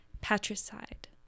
patricide